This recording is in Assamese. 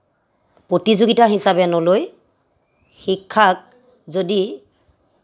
প্ৰতিযোগিতা হিচাপে নলয় শিক্ষাক যদি